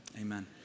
Amen